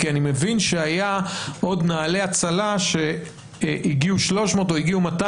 כי אני מבין שהיה עוד נעל"ה הצלה שהגיעו 300 או הגיעו 200,